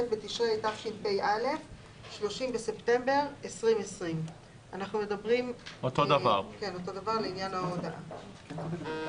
בתשרי התשפ״א (30 בספטמבר 2020)״. אותו דבר לעניין ההודעה.